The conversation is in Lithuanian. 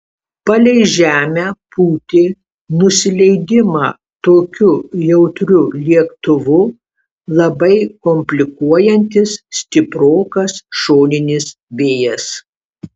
palei žemę pūtė nusileidimą tokiu jautriu lėktuvu labai komplikuojantis stiprokas šoninis vėjas